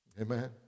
Amen